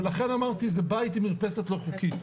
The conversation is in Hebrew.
ולכן אמרתי זה בית עם מרפסת לא חוקית.